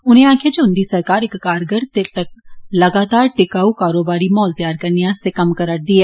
उनें आक्खेआ जे उन्दी सरकार इक्क कारगर ते लगातार टिकाऊ कारोबारी माहौल त्यार करने आस्तै कम्म करा रदी ऐ